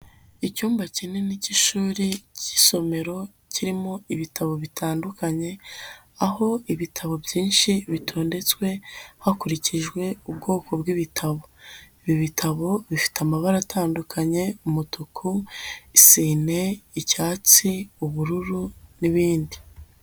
Icyumba kinini k'ishuri k'isomero kirimo ibitabo bitandukanye. Aho ibitabo byinshi bitondetswe hakurikijwe ubwoko bw'ibitabo. Ibi bitabo bifite amabara atandukanye: umutuku, isinine, icyatsi, ubururu n'ibindi.